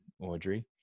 Audrey